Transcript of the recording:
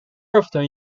often